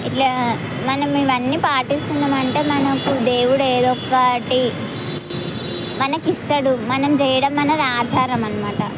ఇట్లా మనం ఇవన్నీ పాటిస్తున్నాం అంటే మనకు దేవుడు ఏదో ఒకటి మనకి ఇస్తాడు మనం చేయడం అన్నది ఆచారం అన్నమాట